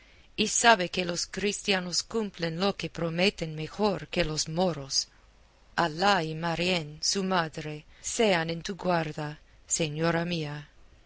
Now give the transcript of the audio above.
y sabe que los cristianos cumplen lo que prometen mejor que los moros alá y marién su madre sean en tu guarda señora mía